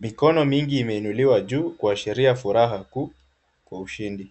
Mikono mingi imeinuliwa juu kuashiria furaha kuu wa ushindi.